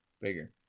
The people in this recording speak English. bigger